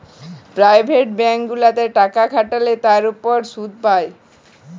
private bank গুলাতে টাকা খাটাল্যে তার উপর শুধ পাই